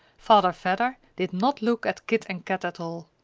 father vedder did not look at kit and kat at all.